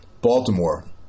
Baltimore